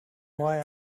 boy